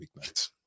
weeknights